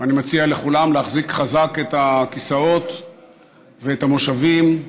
ואני מציע לכולם להחזיק חזק את הכיסאות ואת המושבים,